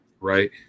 right